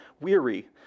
Weary